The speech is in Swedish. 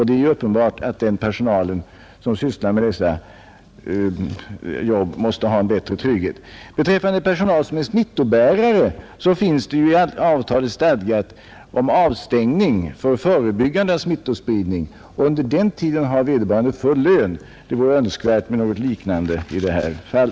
Det är uppenbart att personer som har arbeten, där man löper sådana risker, måste tillförsäkras en bättre ekonomisk trygghet. Beträffande personal som är smittobärare stadgas det i avtalet om avstängning för förebyggande av smittospridning, och under avstängningstiden har vederbörande full lön. Det vore önskvärt med ett liknande arrangemang i detta fall.